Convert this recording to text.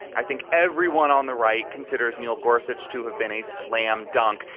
i think everyone on the right considers neal gorsuch to have been a slam dunk.